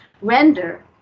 render